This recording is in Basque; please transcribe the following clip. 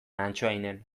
antsoainen